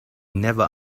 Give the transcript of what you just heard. never